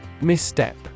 Misstep